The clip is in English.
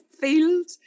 field